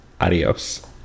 adios